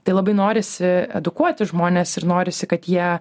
tai labai norisi edukuoti žmones ir norisi kad jie